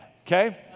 okay